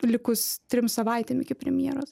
likus trim savaitėm iki premjeros